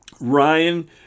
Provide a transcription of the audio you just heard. Ryan